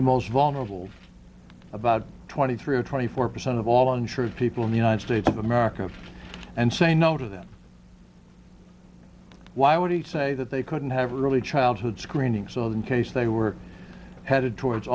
the most vulnerable about twenty three or twenty four percent of all uninsured people in the united states of america and say no to that why would he say that they couldn't have early childhood screening so that case they were headed towards